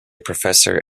professor